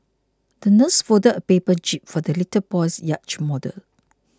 the nurse folded a paper jib for the little boy's yacht model